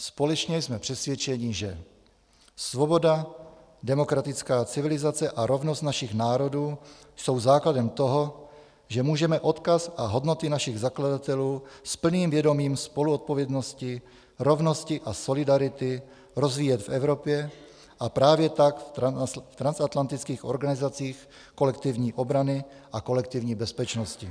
Společně jsme přesvědčeni, že svoboda, demokratická civilizace a rovnost našich národů jsou základem toho, že můžeme odkaz a hodnoty našich zakladatelů s plným vědomím spoluodpovědnosti, rovnosti a solidarity rozvíjet v Evropě a právě tak v transatlantických organizacích kolektivní obrany a kolektivní bezpečnosti.